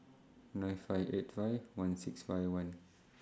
nine five eight five one six five one